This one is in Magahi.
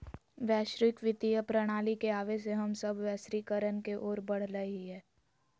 वैश्विक वित्तीय प्रणाली के आवे से हम सब वैश्वीकरण के ओर बढ़ रहलियै हें